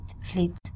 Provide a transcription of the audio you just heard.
fleet